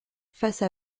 face